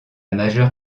majeure